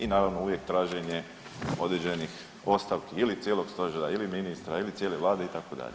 I naravno uvijek traženje određenih ostavki ili cijelog stožera ili ministra ili cijele Vlade itd.